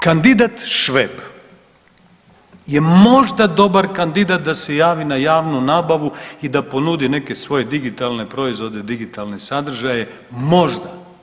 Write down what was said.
Kandidat Šveb je možda dobar kandidat da se javi na javnu nabavu i da ponudi neke svoje digitalne proizvode, digitalne sadržaje, možda.